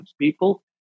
people